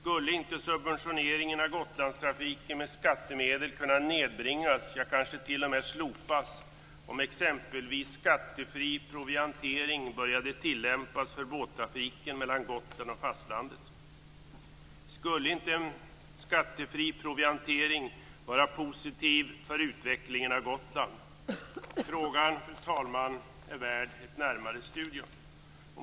Skulle inte subventioneringen av Gotlandstrafiken med skattemedel kunna nedbringas, ja, kanske t.o.m. slopas, om exempelvis skattefri proviantering började tillämpas för båttrafiken mellan Gotland och fastlandet? Skulle inte en skattefri proviantering vara positiv för utvecklingen av Gotland? Frågan är värd ett närmare studium, fru talman.